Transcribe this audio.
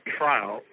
trial